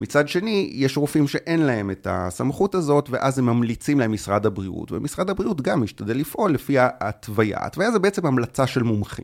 מצד שני, יש רופאים שאין להם את הסמכות הזאת ואז הם ממליצים להם משרד הבריאות. ומשרד הבריאות גם ישתדל לפעול לפי ההתוויה. התוויה זה בעצם המלצה של מומחים.